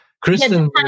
Kristen